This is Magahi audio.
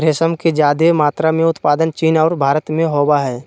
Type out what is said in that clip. रेशम के ज्यादे मात्रा में उत्पादन चीन और भारत में होबय हइ